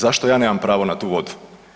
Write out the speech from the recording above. Zašto ja nemam pravo na tu vodu?